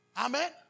Amen